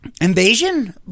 Invasion